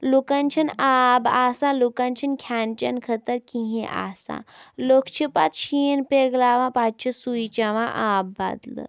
لُکَن چھِنہٕ آب آسان لُکَن چھِنہٕ کھٮ۪ن چٮ۪ن خٲطرٕ کِہیٖنۍ آسان لُکھ چھِ پَتہٕ شیٖن پِگلاوان پَتہٕ چھِ سُے چَوان آب بَدلہٕ